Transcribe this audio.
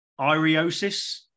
Iriosis